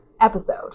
episode